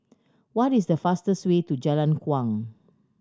what is the fastest way to Jalan Kuang